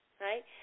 Right